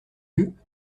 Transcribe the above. yeux